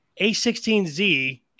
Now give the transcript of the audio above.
A16Z